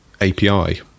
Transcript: API